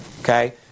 Okay